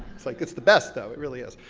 it's like it's the best, though, it really is.